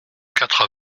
quatre